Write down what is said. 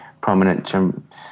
prominent